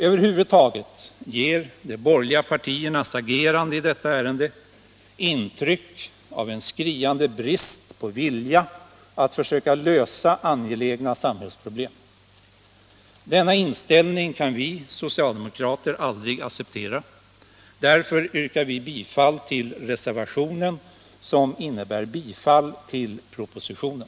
Över huvud taget ger de borgerliga partiernas agerande i detta ärende intryck av en skriande brist på vilja att försöka lösa angelägna samhällsproblem. Denna inställning kan vi socialdemokrater aldrig acceptera. Därför yrkar jag bifall till reservationen, vilket innebär bifall till propositionen.